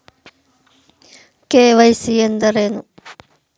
KYC ಎಂದರೇನು?